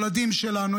ילדים שלנו,